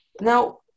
now